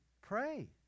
Pray